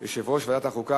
בעד,